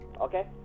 Okay